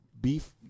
beef